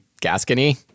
gascony